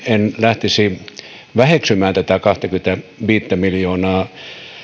en lähtisi väheksymään tätä kahtakymmentäviittä miljoonaa